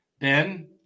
Ben